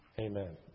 Amen